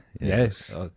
Yes